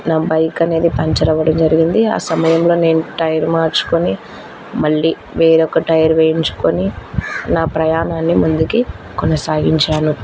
నా బైక్ అనేది పంచర్ అవ్వడం జరిగింది ఆ సమయంలో నేను టైర్ మార్చుకుని మళ్ళీ వేరొక టైర్ వేయించుకుని నా ప్రయాణాన్ని ముందుకి కొనసాగించాను